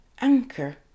Anchor